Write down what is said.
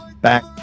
Back